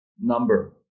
number